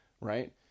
Right